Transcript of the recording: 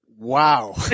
Wow